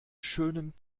schönen